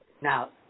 Now